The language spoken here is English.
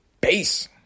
Peace